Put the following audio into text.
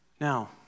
Now